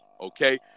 Okay